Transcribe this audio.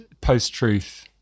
post-truth